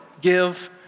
give